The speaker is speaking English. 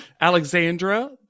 Alexandra